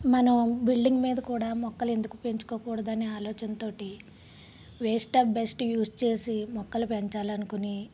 మనం బిల్డింగ్ మీద కూడా మొక్కలు ఎందుకు పెంచుకోకూడదని ఆలోచనతోటి వేస్ట్ ఆఫ్ బెస్ట్ యూస్ చేసి మొక్కలు పెంచాలనుకుని